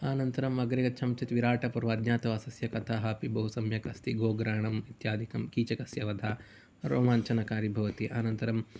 अनन्तरम् अग्रे गच्छामः चेत् विराटपर्व अज्ञातवासस्य कथाः अपि बहु सम्यक् अस्ति गोग्रहणम् इत्यादि कीचकस्य वधम् रोमाञ्चनकारी भवति अनन्तरं